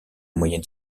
moyennes